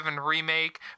remake